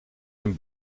een